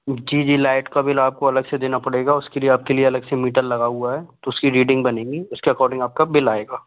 जी जी लाइट का बिल आपको अलग से देना पड़ेगा उसके लिए आपके लिए अलग से मीटर लगा हुआ है उसकी रीडिंग बनेगी उसके अकॉर्डिंग आपका बिल आएगा